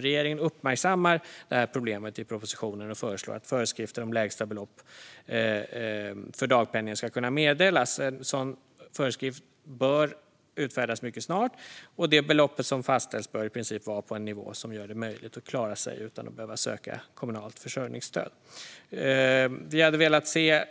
Regeringen uppmärksammar problemet i propositionen och föreslår att föreskrifter om lägsta belopp för dagpenning ska kunna meddelas. En sådan föreskrift bör utfärdas mycket snart, och det belopp som fastställs bör i princip vara på en nivå som gör det möjligt att klara sig utan att behöva söka kommunalt försörjningsstöd. Vi hade velat se